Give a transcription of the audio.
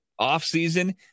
offseason